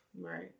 Right